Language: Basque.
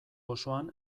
osoan